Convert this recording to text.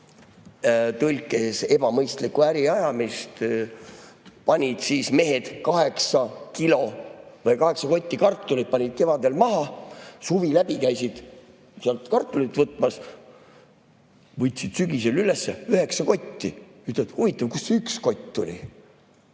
tõlkes ebamõistliku äri ajamist. Panid siis mehed kaheksa kotti kartulit kevadel maha, suvi läbi käisid sealt kartulit võtmas. Võtsid sügisel üles – üheksa kotti. Mõtlesid, et huvitav, kust see üks kott tuli.